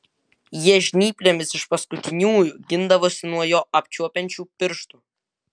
jie žnyplėmis iš paskutiniųjų gindavosi nuo jo apčiuopiančių pirštų